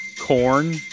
corn